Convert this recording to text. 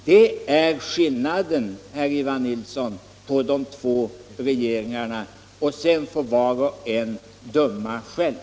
Det är skillnaden, herr Ivar Nilsson, mellan de båda regeringarna. Sedan får var och en döma själv.